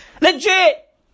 Legit